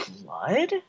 blood